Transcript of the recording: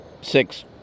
six